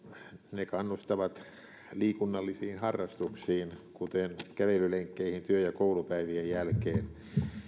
ne kannustavat liikunnallisiin harrastuksiin kuten kävelylenkkeihin työ ja koulupäivien jälkeen